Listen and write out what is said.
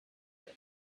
here